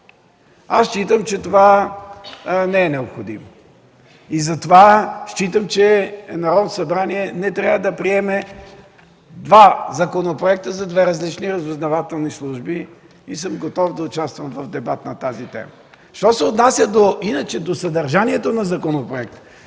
Считам, че това не е необходимо и затова считам, че Народното събрание не трябва да приема два законопроекта за две различни разузнавателни служби и съм готов да участвам в дебат на тази тема. Що се отнася до съдържанието на законопроекта,